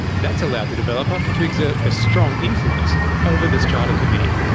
that's allowed the developer to exert a strong influence over the strata committee.